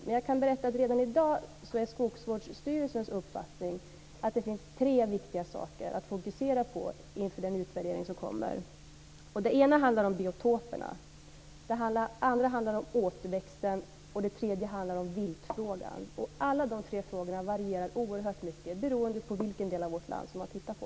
Men jag kan berätta att redan i dag är Skogsvårdsstyrelsen uppfattning att det finns tre viktiga saker att fokusera på inför den utvärdering som kommer. Den ena handlar om biotoperna, den andra handlar om återväxten och den tredje handlar om viltfrågan. I alla dessa tre frågor varierar det oerhört mycket, beroende på vilken del av vårt land som man tittar på.